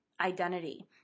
identity